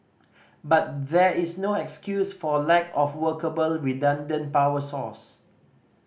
but there is no excuse for lack of workable redundant power source